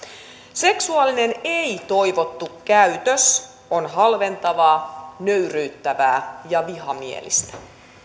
seksuaalinen ei toivottu käytös on halventavaa nöyryyttävää ja vihamielistä